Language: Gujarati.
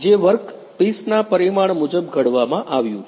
જે વર્કપીસના પરિમાણ મુજબ ઘડવામાં આવ્યું છે